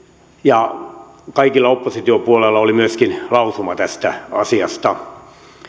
ja kaikilla oppositiopuolueilla oli myöskin lausuma tästä asiasta